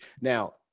Now